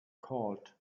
called